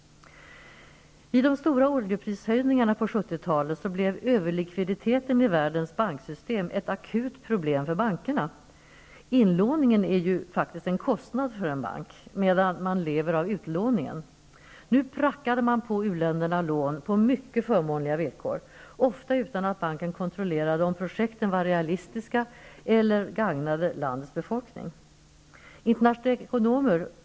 Vid de stora oljeprishöjningarna på 70-talet blev överlikviditeten i världens banksystem ett akut problem för bankerna. Inlåningen är ju faktiskt en kostnad för en bank, medan man lever på utlåningen. Nu prackade man på u-länderna lån på mycket förmånliga villkor, ofta utan att banken kontrollerade om projekten var realistiska eller gagnade landets befolkning.